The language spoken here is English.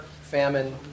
famine